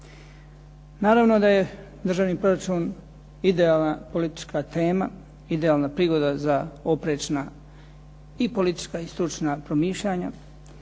Naravno da je državni proračun idealna politička tema, idealna prigoda za oprečna i politička i stručna promišljanja